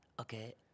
Okay